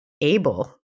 able